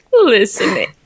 listening